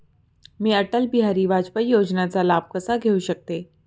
मी अटल बिहारी वाजपेयी योजनेचा लाभ कसा घेऊ शकते?